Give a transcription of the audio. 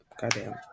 goddamn